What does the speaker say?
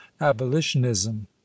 abolitionism